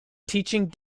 teaching